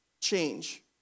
change